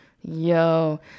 Yo